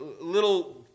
Little